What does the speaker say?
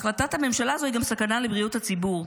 החלטת הממשלה הזו היא גם סכנה לבריאות הציבור.